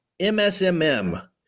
MSMM